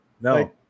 No